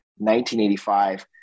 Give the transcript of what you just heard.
1985